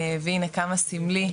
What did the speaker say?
והנה כמה סמלי,